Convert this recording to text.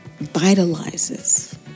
vitalizes